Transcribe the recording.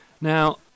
Now